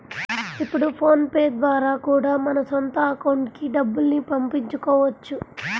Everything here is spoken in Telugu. ఇప్పుడు ఫోన్ పే ద్వారా కూడా మన సొంత అకౌంట్లకి డబ్బుల్ని పంపించుకోవచ్చు